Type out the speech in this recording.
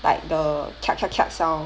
like the sound